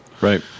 right